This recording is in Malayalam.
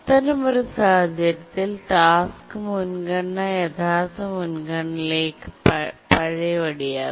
അത്തരമൊരു സാഹചര്യത്തിൽ ടാസ്ക് മുൻഗണന യഥാർത്ഥ മുൻഗണനയിലേക്ക് പഴയപടിയാക്കുന്നു